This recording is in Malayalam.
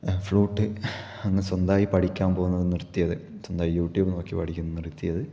ഫ്ലൂട്ട് ഒന്ന് സ്വന്തമായി പഠിക്കാന് പോവുന്നത് നിര്ത്തിയത് സ്വന്തമായി യൂട്യൂബ് നോക്കി പഠിക്കുന്നത് നിര്ത്തിയത്